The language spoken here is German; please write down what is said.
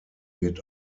wird